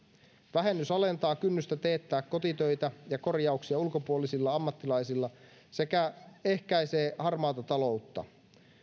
vähennys alentaa kynnystä teettää kotitöitä ja korjauksia ulkopuolisilla ammattilaisilla sekä ehkäisee harmaata taloutta